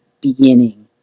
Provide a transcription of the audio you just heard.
beginning